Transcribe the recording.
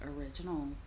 original